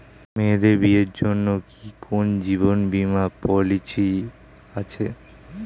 মেয়েদের বিয়ের জন্য কি কোন জীবন বিমা পলিছি আছে?